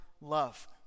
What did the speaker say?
love